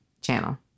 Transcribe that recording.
channel